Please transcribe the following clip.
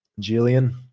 Jillian